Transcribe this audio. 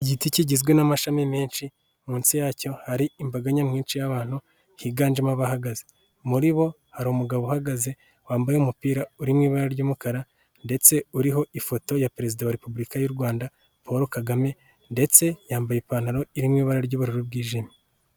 Igiti kigizwe n'amashami menshi, munsi yacyo hari imbaga nyamwinshi y'abantu, higanjemo abahagaze. Muri bo hari umugabo uhagaze, wambaye umupira uri mu ibara ry'umukara, ndetse uriho ifoto ya perezida wa repubulika y'u Rwanda, Paul KAGAME, ndetse yambaye ipantaro iri mu ibara ry'ubururu bwijimye.